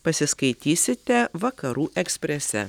pasiskaitysite vakarų eksprese